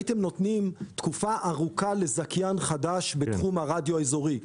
תקופה ארוכה לזכיין חדש בתחום הרדיו האזורי.